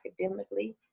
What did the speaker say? academically